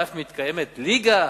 ואף מתקיימת ליגה,